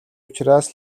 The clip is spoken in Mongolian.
учраас